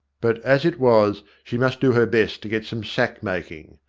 but, as it was, she must do her best to get some sack-making.